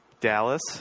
Dallas